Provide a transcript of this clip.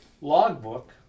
logbook